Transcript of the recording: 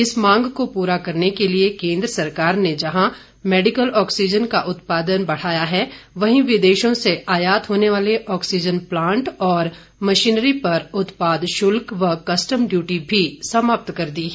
इस मांग को पूरा करने के लिए केन्द्र सरकार ने जहां मैडिकल ऑक्सीजन का उत्पादन बढ़ाया है वहीं विदेशों से आयात होने वाले ऑक्सीजन प्लांट और मशीनरी पर उत्पाद शुल्क व कस्टम डयूटी भी समाप्त कर दी है